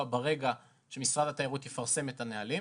ברגע שמשרד התיירות יפרסם את הנהלים.